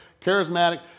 charismatic